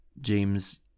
James